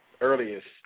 earliest